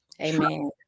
Amen